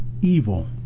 evil